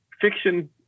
Fiction